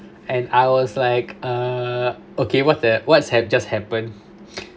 and I was like err okay what the what's had just happen